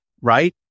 right